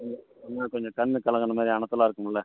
கொஞ்சம் கண்ணு கலங்கிற மாதிரி அனத்தால இருக்குல்ல